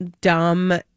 dumb